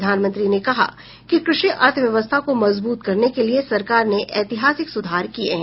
प्रधानमंत्री ने कहा कि कृषि अर्थव्यवस्था को मजबूत करने के लिए सरकार ने ऐतिहासिक सुधार किए हैं